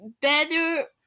better